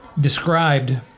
described